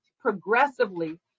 progressively